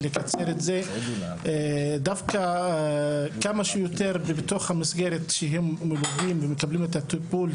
ולקצר את זה דווקא כמה שיותר בתוך המסגרת שהם מלווים ומקבלים את הטיפול,